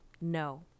No